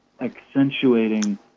accentuating